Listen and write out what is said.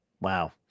Wow